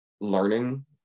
learning